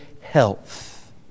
health